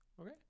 Okay